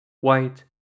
white